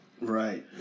Right